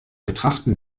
betrachten